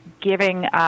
giving